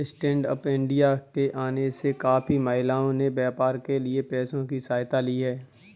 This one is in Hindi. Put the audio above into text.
स्टैन्डअप इंडिया के आने से काफी महिलाओं ने व्यापार के लिए पैसों की सहायता ली है